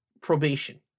probation